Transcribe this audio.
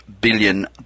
billion